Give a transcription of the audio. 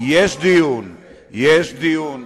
אני דיברתי על תשתיות,